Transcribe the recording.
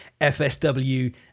FSW